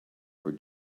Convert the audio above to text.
for